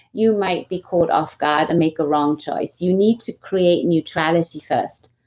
you might be caught off guard and make a wrong choice you need to create neutrality first.